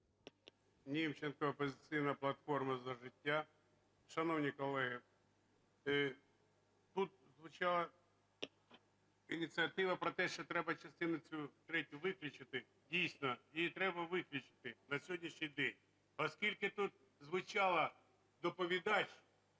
Німченко, "Опозиційна платформа – За життя". Шановні колеги, ініціатива про те, що треба частину цю третю виключити. Дійсно, її треба виключити на сьогоднішній день, оскільки тут звучало… доповідач…